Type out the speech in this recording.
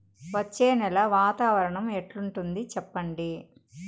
వచ్చే నెల వాతావరణం ఎట్లుంటుంది చెప్పండి?